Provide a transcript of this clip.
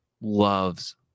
loves